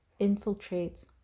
infiltrates